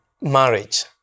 marriage